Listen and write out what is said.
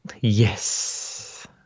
Yes